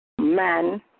man